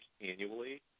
annually